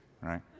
right